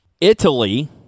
Italy